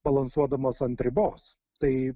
balansuodamas ant ribos tai